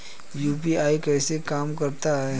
UPI कैसे काम करता है?